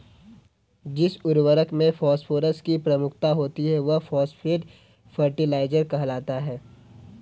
जिस उर्वरक में फॉस्फोरस की प्रमुखता होती है, वह फॉस्फेट फर्टिलाइजर कहलाता है